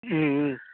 ம் ம்